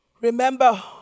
Remember